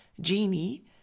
genie